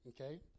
Okay